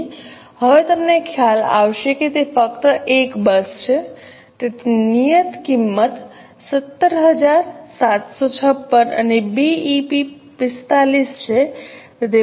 તેથી હવે તમને ખ્યાલ આવશે કે તે ફક્ત એક બસ છે તેથી નિયત કિંમત 17756 છે અને બીઈપી 45 છે